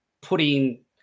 putting